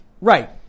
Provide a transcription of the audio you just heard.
Right